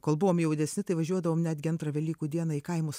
kol buvom jaunesni tai važiuodavom netgi antrą velykų dieną į kaimus